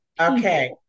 Okay